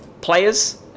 players